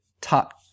top